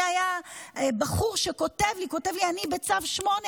לי היה בחור שכותב לי: אני בצו 8,